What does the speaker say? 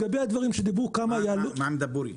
מה עם דבורייה?